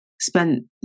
spent